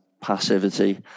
passivity